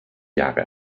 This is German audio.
jahre